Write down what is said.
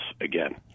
again